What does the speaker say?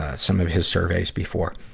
ah some of his surveys before.